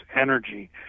energy